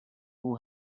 who